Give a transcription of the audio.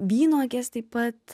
vynuogės taip pat